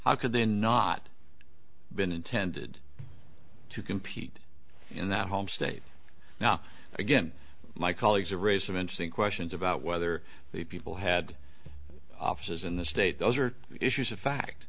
how could they not been intended to compete in that home state now again my colleagues to raise some interesting questions about whether the people had offices in the state those are issues of fact